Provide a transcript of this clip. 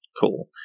Cool